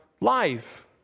life